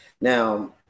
now